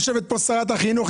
יושבת כאן שרת החינוך.